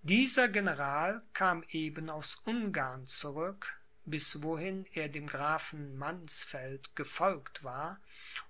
dieser general kam eben aus ungarn zurück bis wohin er dem grafen mannsfeld gefolgt war